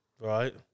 Right